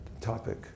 topic